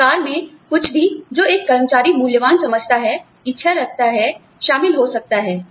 पुरस्कार में कुछ भी जो एक कर्मचारी मूल्यवान समझता है इच्छा रखता है शामिल हो सकता है